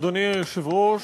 אדוני היושב-ראש,